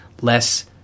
less